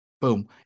boom